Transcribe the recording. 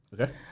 Okay